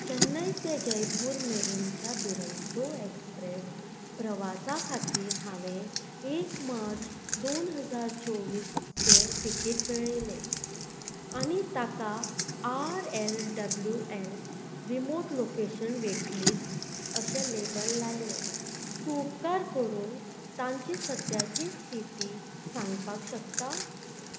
चेन्नय ते जयपूर मेरेनच्या दुरंतो एक्सप्रेस प्रवासा खातीर हांवें एक मार्च दोन हजार चोवीसचे टिकेट मेळयले आनी ताका R L W L remote location waitlist अशें लेबल लायलें तूं उपकार करून तांची सद्याची स्थिती सांगपाक शकता